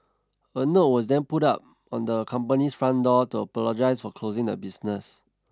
a note was then put up on the company's front door to apologise for closing the business